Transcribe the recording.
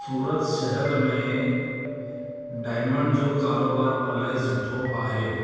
सूरत शहर में डायमंड जो कारोबारु इलाही सुठो आहे